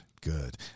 good